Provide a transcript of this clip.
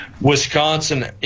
wisconsin